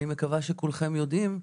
אני מקווה שכולכם יודעים,